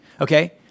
Okay